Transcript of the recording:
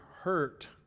hurt